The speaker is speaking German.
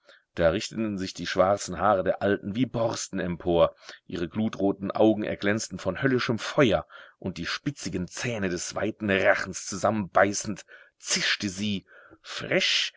da richteten sich die schwarzen haare der alten wie borsten empor ihre glutroten augen erglänzten von höllischem feuer und die spitzigen zähne des weiten rachens zusammenbeißend zischte sie frisch